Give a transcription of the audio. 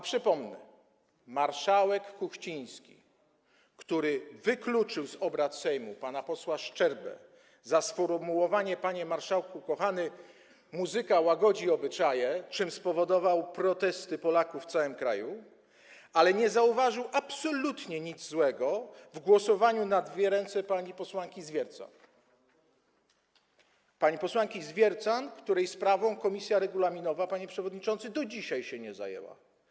Przypomnę: marszałek Kuchciński wykluczył z obrad Sejmu pana posła Szczerbę za sformułowanie: Panie marszałku kochany, muzyka łagodzi obyczaje, czym spowodował protesty Polaków w całym kraju, ale nie zauważył absolutnie nic złego w głosowaniu na dwie ręce pani posłanki Zwiercan, której sprawą komisja regulaminowa, panie przewodniczący, do dzisiaj się nie zajęła.